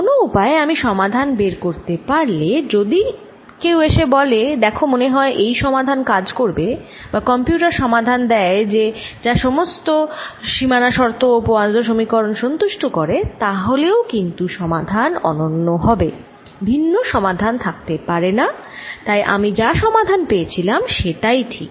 কোন উপায়ে আমি সমাধান বের করতে পারলে কেউ যদি এসে বলে দেখ মনে হয় এই সমাধান কাজ করবে বা কম্পিউটার সমাধান দিয়ে দেয় যা সমস্ত সীমানা শর্ত ও পোয়াসোঁ সমীকরণ সন্তুষ্ট করে তাহলেও কিন্তু সমাধান অনন্য হবে ভিন্ন সমাধান থাকতে পারেনা তাই আমি যা সমাধান পেয়েছিলাম সেটাই সঠিক